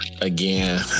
again